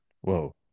Whoa